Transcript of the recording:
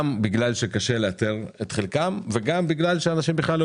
זה גם בגלל שקשה לאתר את חלקם וגם בגלל שאנשים בכלל לא